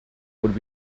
would